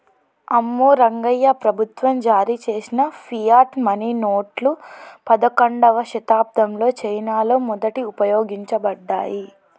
అమ్మో రంగాయ్యా, ప్రభుత్వం జారీ చేసిన ఫియట్ మనీ నోట్లు పదకండవ శతాబ్దంలో చైనాలో మొదట ఉపయోగించబడ్డాయి